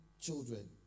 children